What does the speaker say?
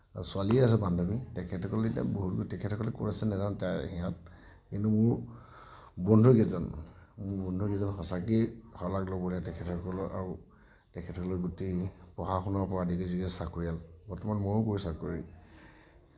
আৰু ছোৱালীও আছে বান্ধৱী তেখেতসকলে এতিয়া বহুত তেখেতসকল এতিয়া ক'ত আছে নাজানো সিহঁত কিন্তু মোৰ বন্ধু কেইজন মোৰ বন্ধু কেইজন সঁচাকৈয়ে শলাগ ল'বলগীয়া তেখেতসকলৰ আৰু তেখেতসকলৰ গোটেই পঢ়া শুনাৰ পৰা আদি কৰি যি চাকৰিয়াল বৰ্তমান মইও কৰোঁ চাকৰি